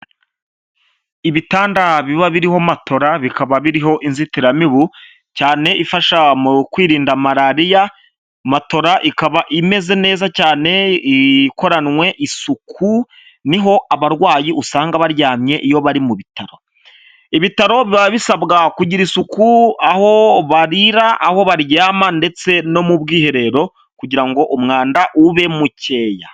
Ibitanda biba biririho matora bikaba biriho n'inzitiramibu, cyane ifasha mu kwirinda malariya, matora ikaba imeze neza cyane, ikoranwe isuku, ni ho abarwayi usanga baryamye iyo bari mu bitaro. Ibitaro biba bisabwa kugira isuku aho barira, aho baryama ndetse no mu bwiherero kugira ngo umwanda ube mukeya.